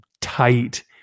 tight